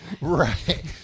Right